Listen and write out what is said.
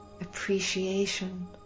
appreciation